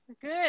good